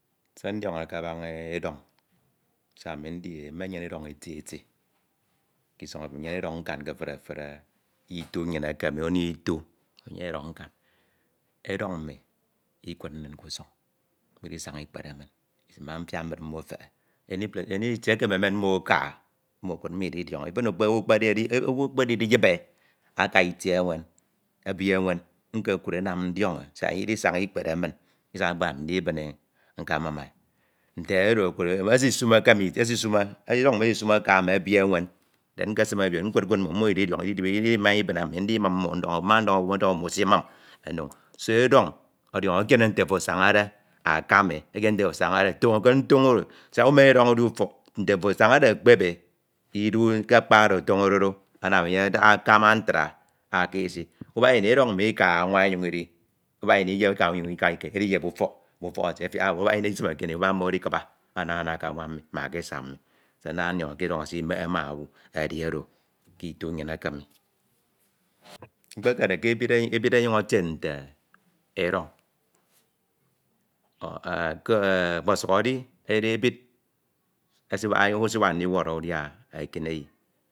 Se ndiọnọde ke abañde edọn siak mmenyene edọñ eti eti kisọñ ami nnyene edọñ nka ke efuri efuri itu nnyin eke mi ono itu, edọñ ikud nin ƙusuñ idisaña ikpere min mmfiak mbine mmo efe ine anitie eke ekekud mmo itie eke ekpemen mmo eka mmo ekud min mono ididiọñọ findo me owu ekpedimen mono aka itie ewen nkud e anam ndiọñọ siak idisaña ikpere min isaña ikpere min ami ndibine e nkọmum nte edo okud esisumo ke ebi mwen edọñ nñi esisume aka mme ebu ewen den nkesu ebi oro nkud mmo idibine ndid ọñ owu amum ono iñn so edọñ ọdiọñọ siak ekere nte ofo tono ke ntoño oro siak umen edọñ udi ufọk nte asañade ekpepe idu ke akpa oro otoñode do anam enye akama ntra aki isi. Ubak ini edọñ nñi ika anwa inyoñ idi ika idiyep ufọk me ufọk etie diedie ubak ini isim ekineyi ubak mmo edikiba ke esa ma kanwa se ndade ndiọñọ ke edọñ esimeñe ma owu kitu nnyin eke mkpekre ke ebid ọnyuñ etie nte edọñ ọ ọkpobuk edi ebid esiwak ndiwọrọ udia ekineyi